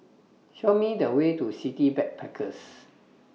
Show Me The Way to City Backpackers